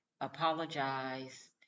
apologize